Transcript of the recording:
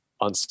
on